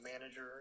manager